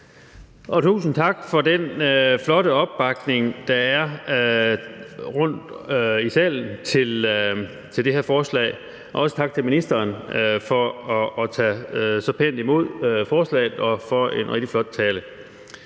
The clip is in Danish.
tusind tak for den flotte opbakning, der er rundtom i salen, til det her forslag. Også tak til ministeren for at tage så pænt imod forslaget og for en rigtig flot tale.